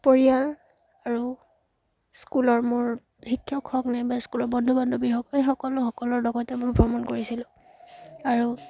পৰিয়াল আৰু স্কুলৰ মোৰ শিক্ষক হওক নাইবা স্কুলৰ বন্ধু বান্ধৱী হওক সেই সকলো সকলৰ লগতে মই ভ্ৰমণ কৰিছিলোঁ আৰু